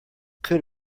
could